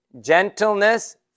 gentleness